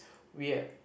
weird